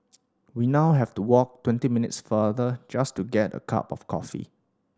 we now have to walk twenty minutes farther just to get a cup of coffee